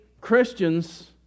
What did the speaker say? Christians